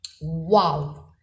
Wow